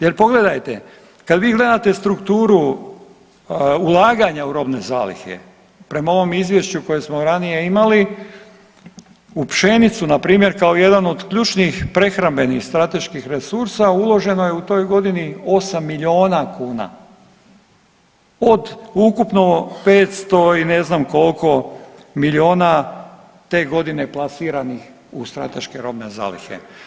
Jer pogledajte, kad vi gledate strukturu ulaganja u robne zalihe prema ovom izvješću koje smo ranije imali u pšenicu na primjer kao jedan od ključnih prehrambenih, strateških resursa uloženo je u toj godini 8 milijuna kuna od ukupno 500 i ne znam koliko milijuna te godine plasiranih u strateške robne zalihe.